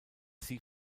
sie